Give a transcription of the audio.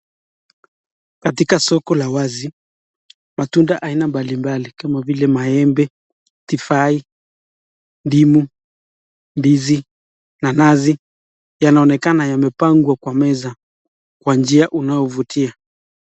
Katika soko la wazi, matunda ina mbali mbali ikiwemo vile maembe, tifai, ndimu, ndizi, nanazi, yanaonekana yamepangwa kwa meza, kwa njia unao vutia.